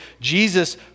Jesus